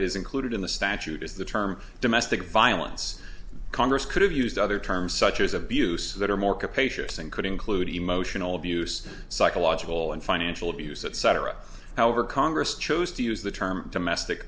is included in the statute is the term domestic violence congress could have used other terms such as abuse that are more capacious and could include emotional abuse psychological and financial abuse etc however congress chose to use the term domestic